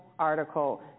article